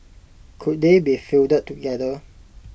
could they be fielded together